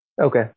Okay